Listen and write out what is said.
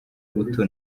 buto